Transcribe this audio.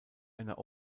einer